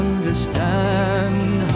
Understand